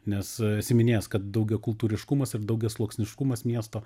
nes esi minėjęs kad daugiakultūriškumas ir daugiasluoksniškumas miesto